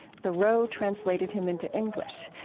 thoreau translated him into english.